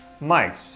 mics